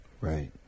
Right